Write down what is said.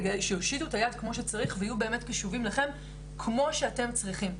אלא שיושיטו את היד כמו שצריך והיו באמת קשובים לכם כמו שאתם צריכים.